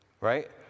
right